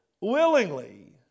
willingly